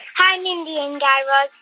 hi, mindy and guy raz.